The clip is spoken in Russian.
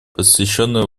посвященное